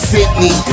Sydney